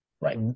Right